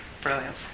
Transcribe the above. brilliant